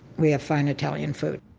we have fine italian food,